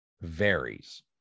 varies